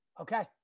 Okay